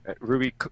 Ruby